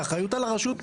האחריות על הרשות.